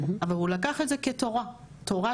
אבל הוא לקח את זה כתורה שלמה.